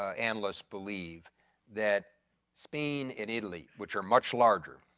analysts believe that spain and italy which are much larger,